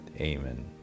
Amen